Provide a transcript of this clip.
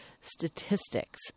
statistics